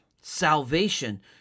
salvation